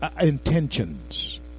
intentions